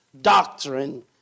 doctrine